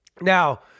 Now